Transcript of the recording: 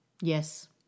Yes